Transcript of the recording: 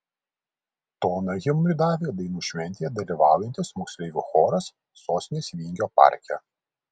toną himnui davė dainų šventėje dalyvaujantis moksleivių choras sostinės vingio parke